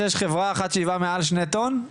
שיש חברה אחת שייבאה מעל ל-2 טון?